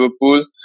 Liverpool